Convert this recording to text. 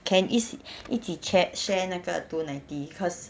can 一起一起 char~ share 那个 two ninety cause